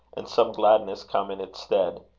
and some gladness come in its stead.